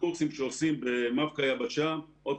בקורסים שעושים במבק"א יבשה ושוב,